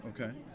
Okay